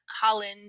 Holland